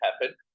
happen